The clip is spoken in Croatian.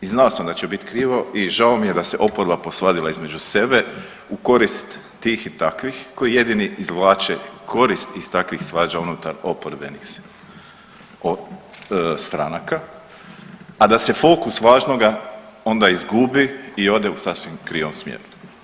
I znao sam da će biti krivo i žao mi je da se oporba posvadila između sebe u korist tih i takvih koji jedini izvlače korist iz takvih svađa unutar oporbenih stranaka, a da se fokus važnoga onda izgubi i ode u sasvim krivom smjeru.